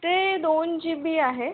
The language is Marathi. ते दोन जी बी आहे